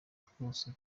twose